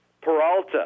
Peralta